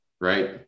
Right